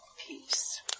Peace